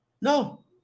No